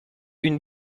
une